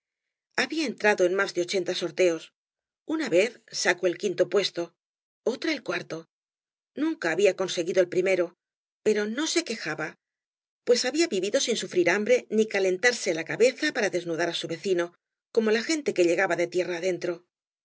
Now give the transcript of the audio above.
había entrado en más de ochenta sorteos una vez sacó el quinto puesto otra el cuarto nunca había conseguido el primero pero no se quejaba pues había vivido sin sufrir hambre ni calentarse la cabeza para desnudar á su vecino como la gente que llegaba de tierra adentro